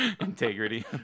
Integrity